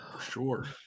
Sure